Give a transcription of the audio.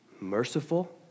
merciful